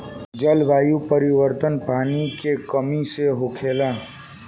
जलवायु परिवर्तन, पानी के कमी से होखेला